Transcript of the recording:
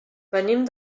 venim